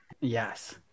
yes